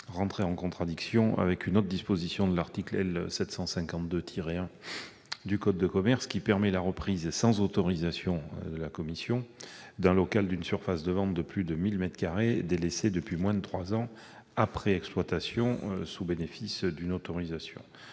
entrer en contradiction avec une autre disposition de l'article L. 752-1 du code de commerce qui permet la reprise, sans autorisation de la commission, d'un local d'une surface de vente de plus de 1 000 mètres carrés délaissé depuis moins de trois ans après exploitation, sous bénéfice d'une autorisation.